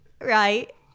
right